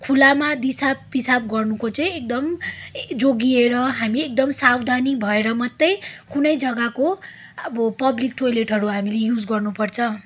खुलामा दिसा पिसाब गर्नुको चाहिँ एकदम जोगिएर हामी एकदम सावधानी भएर मात्रै कुनै जग्गाको अब पब्लिक टोयलेटहरू हामीले युज गर्नुपर्छ